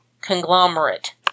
conglomerate